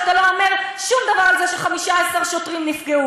ואתה לא אומר שום דבר על זה ש-15 שוטרים נפגעו.